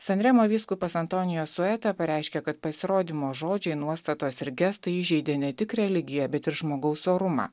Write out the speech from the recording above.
san remo vyskupas antonio suetta pareiškė kad pasirodymo žodžiai nuostatos ir gestai įžeidė ne tik religiją bet ir žmogaus orumą